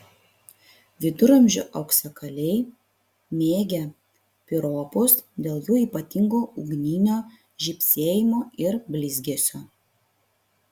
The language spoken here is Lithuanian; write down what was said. viduramžių auksakaliai mėgę piropus dėl jų ypatingo ugninio žybsėjimo ir blizgesio